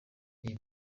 iyi